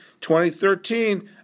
2013